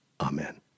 Amen